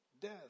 death